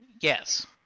yes